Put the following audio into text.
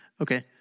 Okay